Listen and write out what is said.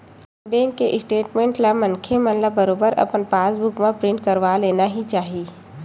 bank के statement ला मनखे मन ल बरोबर अपन पास बुक म प्रिंट करवा लेना ही चाही